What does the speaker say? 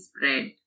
spread